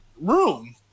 room